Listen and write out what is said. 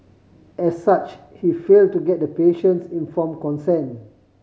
as such he fail to get the patient's inform consent